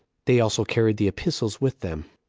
they also carried the epistles with them.